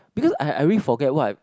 because I I really forget what I